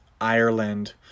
ireland